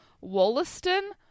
Wollaston